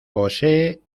posee